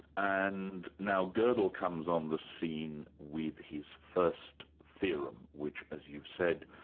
and now godel comes on the scene with his first theorem, which as you've said,